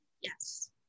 Yes